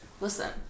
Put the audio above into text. listen